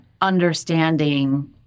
understanding